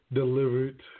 delivered